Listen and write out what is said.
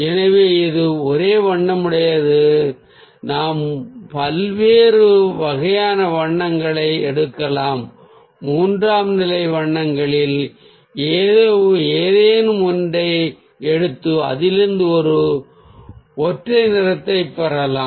எனவே அது ஒரே வண்ணமுடையது நாம் பல்வேறு வகையான வண்ணங்களை எடுக்கலாம் மூன்றாம் நிலை வண்ணங்களில் ஏதேனும் ஒன்றை எடுத்து அதிலிருந்து ஒரு ஒற்றை நிறத்தை பெறலாம்